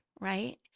right